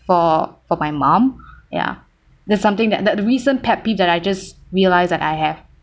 for for my mom ya that's something that that the recent pet peeve that I just realized that I have